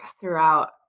throughout